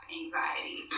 anxiety